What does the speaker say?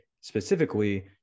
specifically